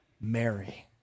Mary